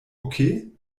okay